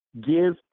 give